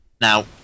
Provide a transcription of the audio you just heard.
Now